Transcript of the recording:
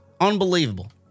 Unbelievable